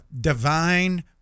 divine